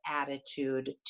attitude